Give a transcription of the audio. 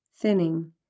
thinning